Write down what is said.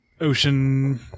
ocean